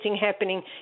happening